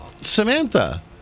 Samantha